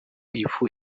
ifu